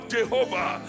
Jehovah